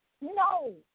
No